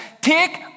take